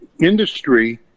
industry